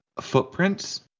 footprints